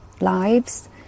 lives